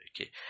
Okay